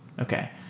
Okay